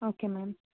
okay ma'am